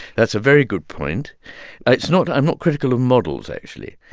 that's a very good point. and it's not i'm not critical of models, actually,